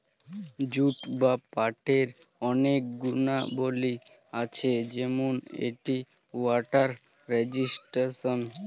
jute বা পাটের অনেক গুণাবলী আছে যেমন এটি ওয়াটার রেজিস্ট্যান্স